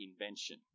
invention